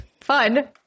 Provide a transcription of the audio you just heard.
Fun